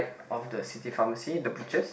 of the city pharmacy the butchers